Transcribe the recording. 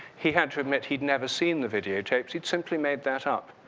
he had to admit he'd never seen the video tapes. he'd simply made that up.